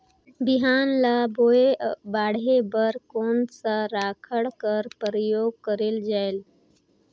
बिहान ल बोये बाढे बर कोन सा राखड कर प्रयोग करले जायेल?